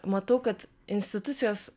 matai kad institucijos